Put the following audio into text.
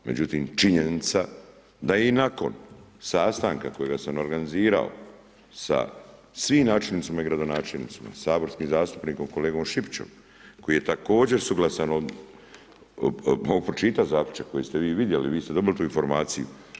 Međutim, činjenica da i nakon sastanka kojega sam organizirao sa svim načelnicima i gradonačelnicima, saborskim zastupnikom kolegom Šipičem, koji je također suglasan mogu pročitati zaključak, kojeg ste vi vidjeli, vi ste dobili tu informaciju.